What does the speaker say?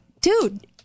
dude